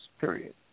period